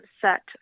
set